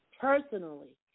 personally